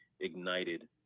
ignited